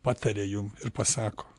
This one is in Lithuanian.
pataria jum ir pasako